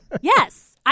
Yes